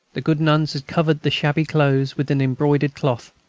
the good nuns had covered the shabby clothes with an embroidered cloth.